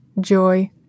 joy